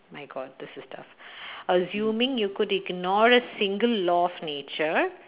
my god this is tough assuming you could ignore a single law of nature